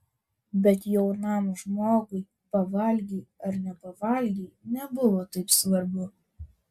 bet jaunam žmogui pavalgei ar nepavalgei nebuvo taip svarbu